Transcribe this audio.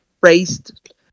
raised